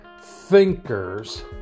thinkers